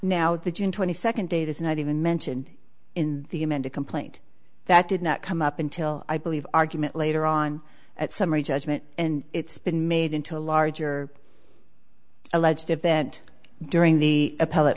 now the june twenty second date is not even mentioned in the amended complaint that did not come up until i believe argument later on at summary judgment and it's been made into a larger alleged event during the